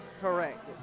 Correct